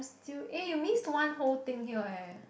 still eh you missed one whole thing here eh